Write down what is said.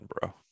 bro